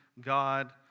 God